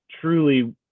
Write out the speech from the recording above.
truly